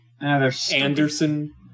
Anderson